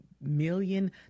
million